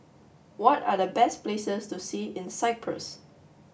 what are the best places to see in Cyprus